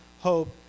hope